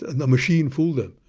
and the machine fooled them.